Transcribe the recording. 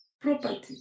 Property